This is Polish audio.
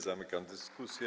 Zamykam dyskusję.